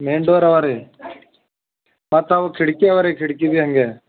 main door ಅವ ರೀ ಮತ್ತು ಅವ್ಕಿಡ್ಕಿ ಅವ ರೀ ಕಿಡ್ಕಿ ಬಿ ಹಾಗೆ